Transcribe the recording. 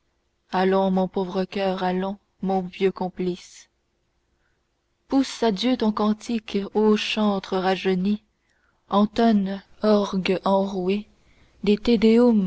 allons mon pauvre coeur allons mon vieux complice pousse à dieu ton cantique ô chantre rajeuni entonne orgue enroué